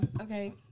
Okay